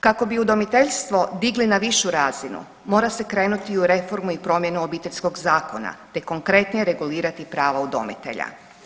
Kako bi udomiteljstvo digli na višu razinu, mora se krenuti u reformu i promjenu Obiteljskog zakona te konkretnije regulirati prava udomitelja.